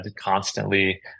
constantly